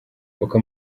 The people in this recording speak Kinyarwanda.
uko